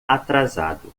atrasado